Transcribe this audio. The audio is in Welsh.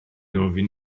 ofyn